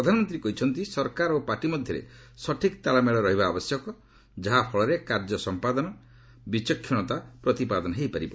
ପ୍ରଧାନମନ୍ତ୍ରୀ କହିଛନ୍ତି ସରକାର ଓ ପାର୍ଟି ମଧ୍ୟରେ ସଠିକ୍ ତାଳମେଳ ରହିବା ଆବଶ୍ୟକ ଯାହା ଫଳରେ କାର୍ଯ୍ୟ ସଂପାଦନରେ ଯୋଗୁଁ ବିଚକ୍ଷଣତା ପ୍ରତିପାଦନ ହୋଇପାରିବ